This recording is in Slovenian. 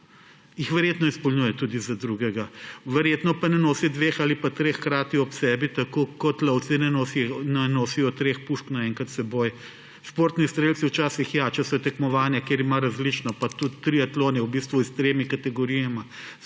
jih verjetno izpolnjuje tudi za drugega. Verjetno pa ne nosi dveh ali pa treh hkrati ob sebi, tako kot lovci ne nosijo treh pušk na enkrat s seboj. Športni strelci včasih ja, če so tekmovanja, kjer ima različno orožje, pa tudi triatlon je s tremi kategorijami,